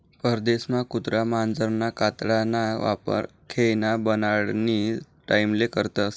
परदेसमा कुत्रा मांजरना कातडाना वापर खेयना बनाडानी टाईमले करतस